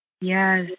Yes